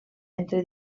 entre